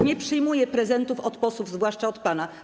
Nie przyjmuję prezentów od posłów, zwłaszcza od pana.